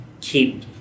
keep